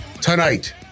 Tonight